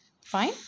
fine